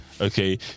okay